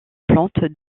plante